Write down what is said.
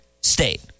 State